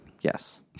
yes